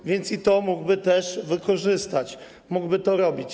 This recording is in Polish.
A więc i to mógłby też wykorzystać, mógłby to robić.